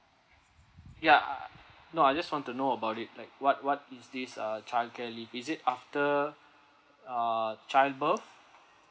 ya no I just want to know about it like what what is this uh childcare leave is it after uh childbirth